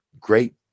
great